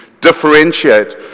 differentiate